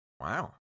Wow